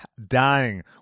dying